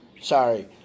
sorry